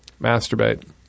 masturbate